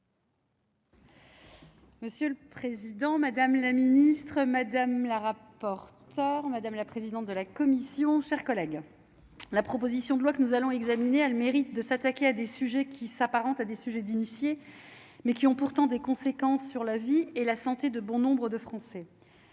Monsieur le président, madame la ministre, madame la rapporteure, madame la présidente de la commission, chers collègues, la proposition de loi que nous allons examiner, a le mérite de s'attaquer à des sujets qui s'apparentent à des sujets d'initiés, mais qui ont pourtant des conséquences sur la vie et la santé de bon nombre de Français